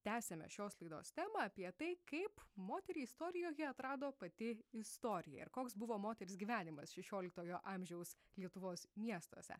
tęsiame šios laidos temą apie tai kaip moterį istorijoje atrado pati istorija ir koks buvo moters gyvenimas šešioliktojo amžiaus lietuvos miestuose